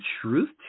truth